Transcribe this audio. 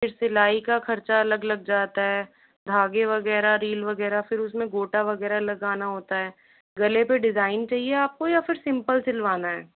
फिर सिलाई का खर्चा अलग लग जाता है धागे वगैरह रील वगैरह फ़िर उसमें गोटा वगैरह लगाना होता है गले पर डिजाइन चाहिए आपको या फिर सिंपल सिलवाना है